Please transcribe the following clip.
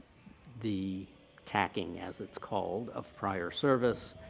the tacking, as it's called, of prior service,